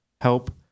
help